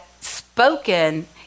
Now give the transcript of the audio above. spoken